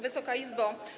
Wysoka Izbo!